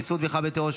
איסור תמיכה בטרור),